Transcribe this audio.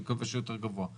אני מקווה שיותר גבוהה